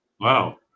Wow